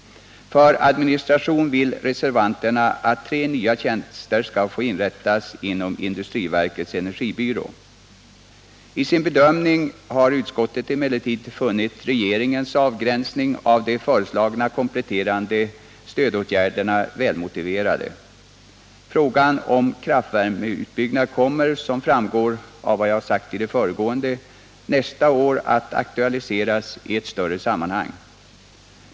För administration vill reservanterna att tre nya tjänster skall få inrättas inom industriverkets energibyrå. I sin bedömning har utskottet emellertid funnit regeringens avgränsning av de föreslagna kompletterande stödåtgärderna väl motiverad. Frågan om kraftvärmeutbyggnad kommer, som framgår av vad jag har sagt i det föregående, nästa år att aktualiseras i ett större sammanhang.